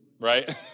right